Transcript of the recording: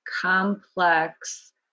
complex